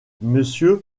monsieur